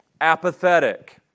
apathetic